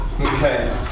Okay